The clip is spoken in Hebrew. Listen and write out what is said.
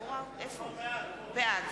בעד